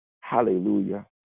Hallelujah